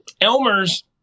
Elmer's